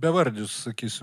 bevardis sakysiu